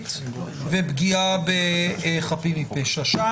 עתידית ופגיעה בחפים מפשע.